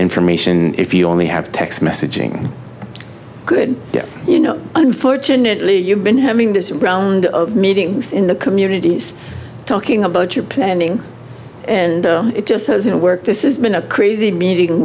information if you only have text messaging good you know unfortunately you've been having this round of meetings in the communities talking about your planning and it just hasn't worked this is been a crazy meeting